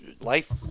Life